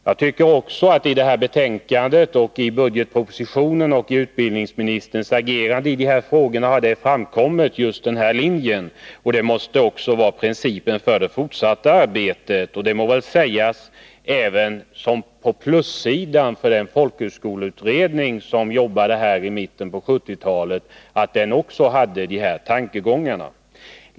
Jag tycker också att just den här linjen har framkommit i det här betänkandet, i budgetpropositionen och i utbildningsministerns agerande. Detta måste också vara principen för det fortsatta arbetet. På plussidaf för den folkhögskoleutredning som arbetade i mitten på 1970-talet må väl även sättas att också den hade samma tankegångar.